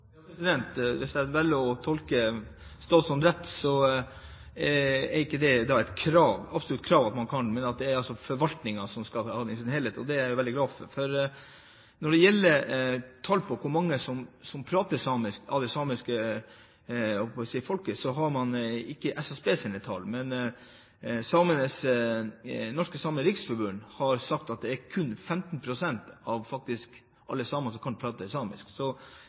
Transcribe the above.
Hvis jeg tolker statsråden rett, er det ikke et absolutt krav at man kan samisk. Det er forvaltningen som skal avgjøre det i sin helhet. Det er jeg veldig glad for. Når det gjelder hvor mange av det samiske folket som snakker samisk, har vi ikke SSBs tall, men Norske Samers Riksforbund har sagt at det kun er 15 pst. av alle samer som faktisk kan snakke samisk. Derfor er jeg glad for dette, og jeg vil følge med på ansettelsen og påse at det